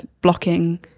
blocking